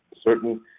certain